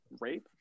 rape